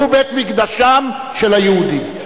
שהוא בית-מקדשם של היהודים.